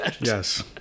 Yes